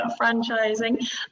franchising